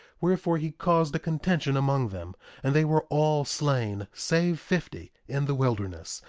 wherefore he caused a contention among them and they were all slain, save fifty, in the wilderness,